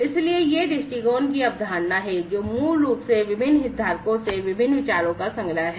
इसलिए यह दृष्टिकोण की अवधारणा है जो मूल रूप से विभिन्न हितधारकों से विभिन्न विचारों का संग्रह है